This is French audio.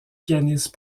pianiste